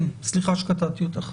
סליחה שקטעתי אותך.